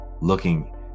looking